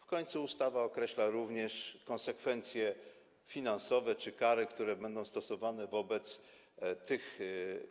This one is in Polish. W końcu ustawa określa również konsekwencje finansowe czy kary, które będą stosowane wobec